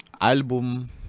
Album